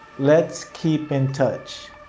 let's keep in touch.